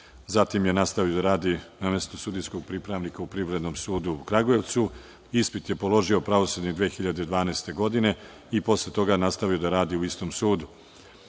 zatim je nastavio da radi na mestu sudijskog pripravnika u Privrednom sudu u Kragujevcu. Pravosudni ispit je položio 2012. godine i posle toga je nastavio da radi u istom sudu. Od